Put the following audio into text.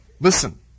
Listen